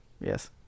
Yes